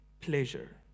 pleasure